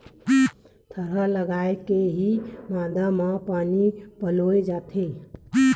थरहा लगाके के ही मांदा म पानी पलोय जाथे